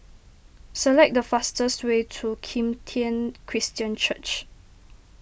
select the fastest way to Kim Tian Christian Church